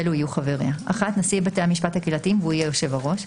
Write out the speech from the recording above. ואלו יהיו חבריה: נשיא בתי המשפט הקהילתיים והוא יהיה יושב הראש.